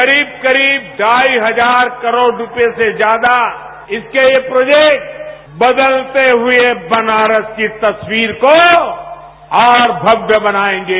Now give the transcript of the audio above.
करीब करीब ढाई हजार करोड़ रूपये से ज्यादा इसके ये प्रोजेक्ट बदलते हुए बनारस की तस्वीर को और भव्य बनायेंगे